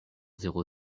zéro